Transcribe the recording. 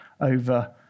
over